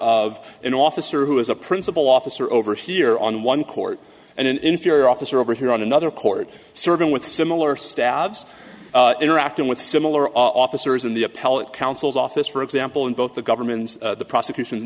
of an officer who is a principal officer over here on one court and an inferior officer over here on another court serving with similar stabs interacting with similar officers in the appellate counsel's office for example in both the government's prosecution